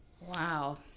Wow